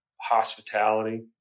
hospitality